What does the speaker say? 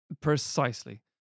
Precisely